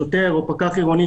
שוטר או פקח עירוני,